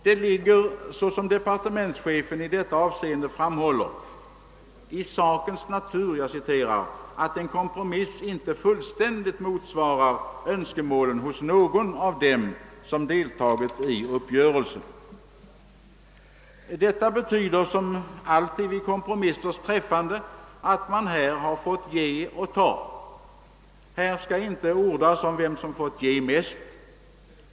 Det ligger — såsom departementschefen framhåller — i sakens natur att en kompromiss inte fullständigt motsvarar önskemålen hos någon av dem som deltagit i uppgörelsen. Som alltid vid kompromisser har man fått ge och ta. Här skall inte ordas om vem som fått ge mest.